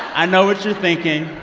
i know what you're thinking.